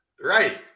Right